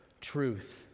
truth